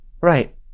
Right